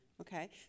Okay